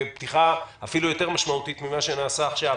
ואפילו יותר משמעותית ממה שנעשה עכשיו,